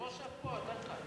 בוא שב פה, יותר קל.